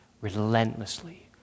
relentlessly